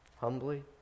humbly